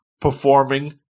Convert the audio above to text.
performing